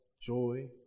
joy